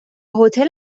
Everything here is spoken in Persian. هتل